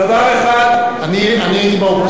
אני הייתי באופוזיציה יחד אתך.